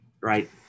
right